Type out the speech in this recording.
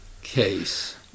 case